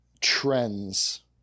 trends